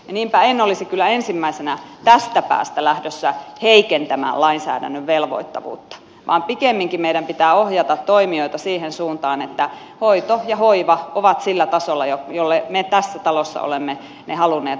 niinpä en olisi kyllä ensimmäisenä tästä päästä lähdössä heikentämään lainsäädännön velvoittavuutta vaan pikemminkin meidän pitää ohjata toimijoita siihen suuntaan että hoito ja hoiva ovat sillä tasolla jolle me tässä talossa olemme ne halunneet asettaa